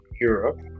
Europe